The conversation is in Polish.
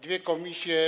Dwie komisje.